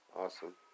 awesome